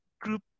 group